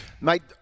Mate